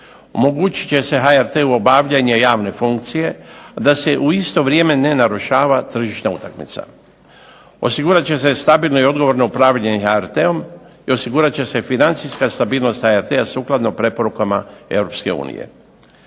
omogućit će se HRT-u obavljanje javne funkcije da se u isto vrijeme ne narušava tržišna utakmica. Osigurat će se stabilno i odgovorno upravljanje HRT-om, i osigurat će se financijska stabilnost HRT-a sukladno preporukama